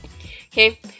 Okay